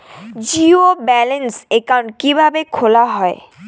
Zero balance account কিভাবে খোলা হয়?